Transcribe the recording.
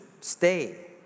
stay